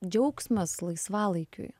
džiaugsmas laisvalaikiui